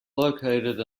located